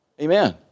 Amen